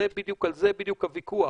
על זה בדיוק הוויכוח.